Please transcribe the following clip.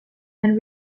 and